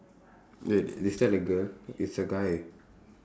wait is that a girl it's a guy